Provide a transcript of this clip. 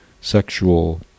sexual